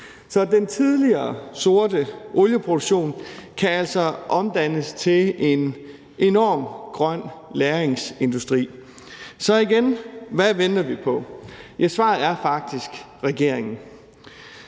Så den tidligere sorte olieproduktion kan altså omdannes til en enorm grøn lagringsindustri. Så igen vil jeg sige: Hvad venter vi på? Svaret er faktisk: regeringen.